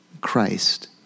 Christ